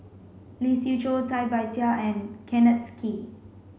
Lee Siew Choh Cai Bixia and Kenneth Kee